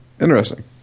Interesting